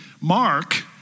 Mark